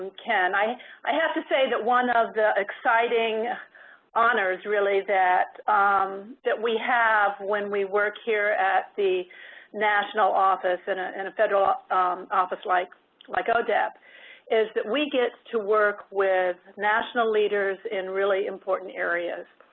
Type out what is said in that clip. ken. i i have to say that one of the exciting honors, really, that um that we have when we work here at the national office and ah and federal ah office like like odep, is that we get to work with national leaders in really important areas.